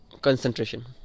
concentration